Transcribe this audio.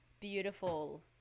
Beautiful